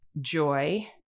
joy